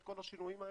את כל השינויים האלה,